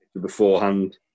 beforehand